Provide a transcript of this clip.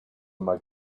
mark